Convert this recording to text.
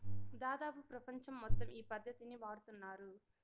దాదాపు ప్రపంచం మొత్తం ఈ పద్ధతినే వాడుతున్నారు